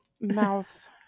Mouth